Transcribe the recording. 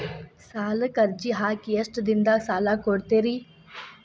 ಸಾಲಕ ಅರ್ಜಿ ಹಾಕಿ ಎಷ್ಟು ದಿನದಾಗ ಸಾಲ ಕೊಡ್ತೇರಿ?